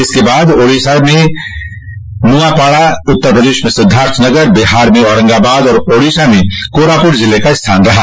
इसके बाद ओडिशा में नआपाड़ा जिला उत्तर प्रदेश में सिद्धार्थनगर बिहार में औरगांबाद और ओडिशा में कोरापुट जिले का स्थान रहा